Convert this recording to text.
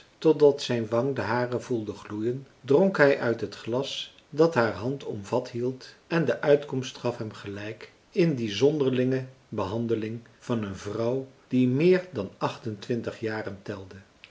totdat zijn wang de hare voelde gloeien dronk hij uit het glas dat haar hand omvat hield en de uitkomst gaf hem gelijk in die zonderlinge behandeling van een vrouw die meer dan achtentwintig jaren telde